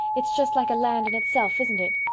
it's just like a land in itself, isn't it?